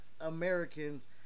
Americans